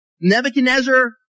Nebuchadnezzar